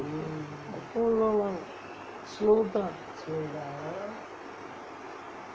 அப்போ உள்ளவன்:appo ullavan slow தான்:thaan